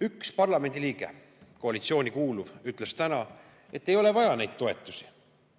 üks. Üks parlamendiliige, koalitsiooni kuuluv, ütles täna, et ei ole vaja neid toetusi.